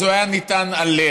אז הוא היה ניתן עליה.